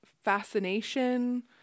fascination